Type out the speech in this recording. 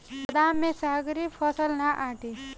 गोदाम में सगरी फसल ना आटी